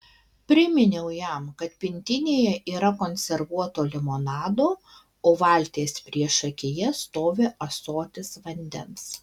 priminiau jam kad pintinėje yra konservuoto limonado o valties priešakyje stovi ąsotis vandens